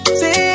say